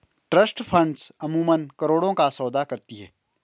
trust funds अमूमन करोड़ों का सौदा करती हैं